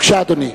בבקשה, אדוני.